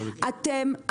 אתם,